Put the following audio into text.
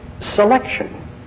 selection